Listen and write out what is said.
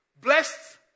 blessed